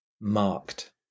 marked